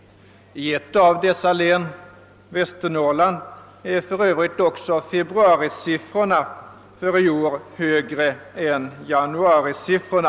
I ett av dess län — Västernorrlands är för övrigt årets februarisiffror högre än januarisiffrorna.